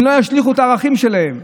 הן לא ישליכו את הערכים שלהן.